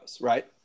right